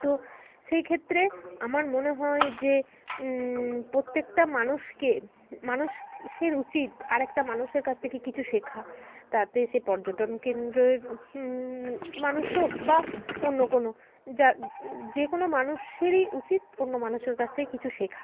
তো সেইক্ষেত্রে আমার মনে হয় যে প্রত্যেকটা মানুষকে মানুষের উচিত আরেকটা মানুষের কাছ থেকে কিছু শেখা তাতে সে পর্যটন কেন্দ্রের মানুষ হোক বা অন্য কোনো যা যে কোনো মানুষেরই উচিত অন্য মানুষের কাছ থেকে কিছু শেখা